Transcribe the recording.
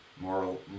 moral